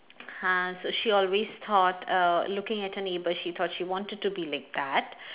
uh so she always thought err looking at her neighbour she thought she wanted to be like that